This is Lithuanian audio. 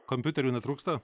kompiuterių netrūksta